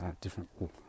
different